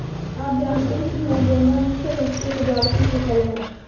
आप जानते ही है गेंदा मुख्य रूप से सजावटी फसल है